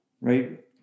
right